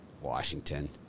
washington